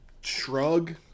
Shrug